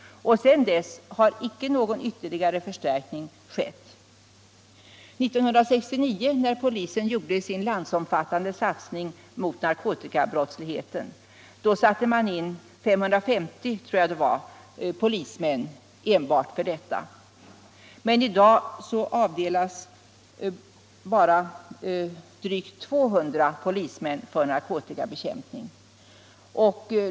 Sedan dess har icke någon ytterligare förstärkning skett. År 1969, när polisen gjorde sin landsomfattande satsning mot narkotikabrottsligheten, satte man in 550 — tror jag det var — polismän enbart för detta, men i dag avdelas bara drygt 200 polismän för narkotikabekämpning.